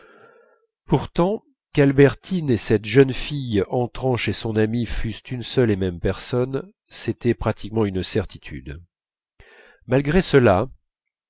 pourtant qu'albertine et cette jeune fille entrant chez son amie fussent une seule et même personne c'était pratiquement une certitude malgré cela